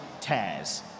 tears